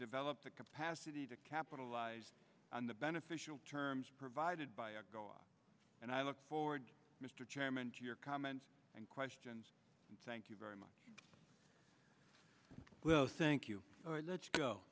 develop the capacity to capitalize on the beneficial terms provided by go on and i look forward mr chairman to your comments and questions and thank you very much well thank you let's go